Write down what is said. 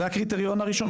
זה הקריטריון הראשון,